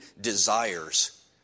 desires